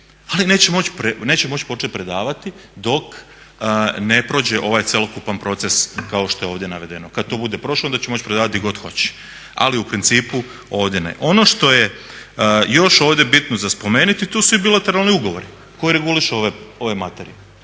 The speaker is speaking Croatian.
ali neće moći početi predavati dok ne prođe ovaj cjelokupan proces kao što je ovdje navedeno. Kad to bude prošlo onda će moći predavati gdje god hoće, ali u principu ovdje ne. Ono što je još ovdje bitno za spomenuti tu su i bilateralni ugovori koji reguliraju ove materije.